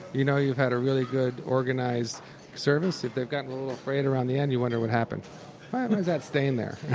you know you've had a really good, organized service. if they've gotten a little frayed around the end, you wonder what happened, why is that stain there?